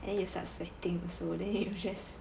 and then you start sweating also they you just